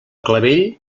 clavell